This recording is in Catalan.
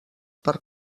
per